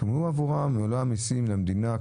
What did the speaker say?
שולמו עבורם מלוא המסים למדינה.